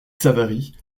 savary